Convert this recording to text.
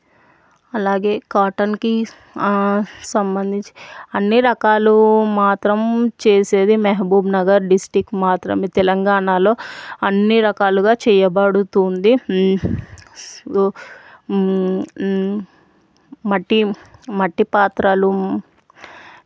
అలాగే కాటన్కి సంబంధించి అన్ని రకాలు మాత్రం చేసేది మెహబూబ్ నగర్ డిస్ట్రిక్ మాత్రమే తెలంగాణలో అన్ని రకాలుగా చేయబడుతుంది మట్టి మట్టి పాత్రలు